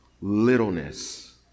littleness